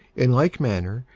in like manner,